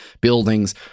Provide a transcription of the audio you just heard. Buildings